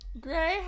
Gray